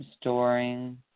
Storing